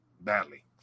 badly